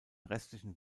restlichen